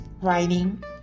writing